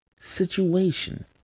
situation